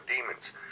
demons